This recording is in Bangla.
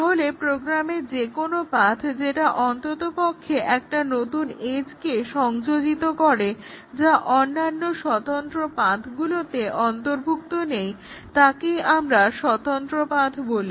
তাহলে প্রোগ্রামের যেকোনো পাথ যেটা অন্ততপক্ষে একটা নতুন এজকে সংযোজিত করে যা অন্যান্য স্বতন্ত্র পাথগুলোতে অন্তর্ভুক্ত নেই আমরা তাকে স্বতন্ত্র পাথ বলি